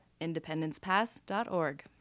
independencepass.org